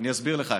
אני אסביר לך.